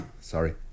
Sorry